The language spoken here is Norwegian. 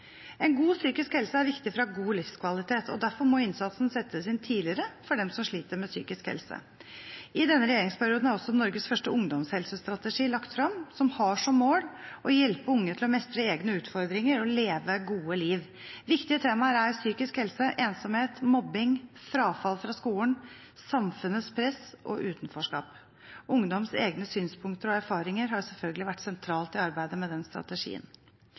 En god psykisk helse er viktig for å ha god livskvalitet, og derfor må innsatsen settes inn tidligere overfor dem som sliter med psykisk helse. I denne regjeringsperioden er også Norges første ungdomshelsestrategi lagt frem, som har som mål å hjelpe unge til å mestre egne utfordringer og leve et godt liv. Viktige temaer er psykisk helse, ensomhet, mobbing, frafall fra skolen, samfunnets press og utenforskap. Ungdoms egne synspunkter og erfaringer har selvfølgelig vært sentralt i arbeidet med strategien.